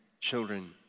children